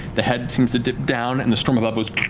the head seems to dip down and the storm above goes